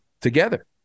together